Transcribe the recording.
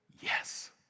Yes